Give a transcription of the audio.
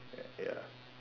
uh ya